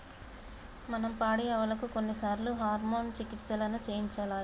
మనం పాడియావులకు కొన్నిసార్లు హార్మోన్ చికిత్సలను చేయించాలిరా